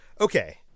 Okay